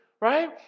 Right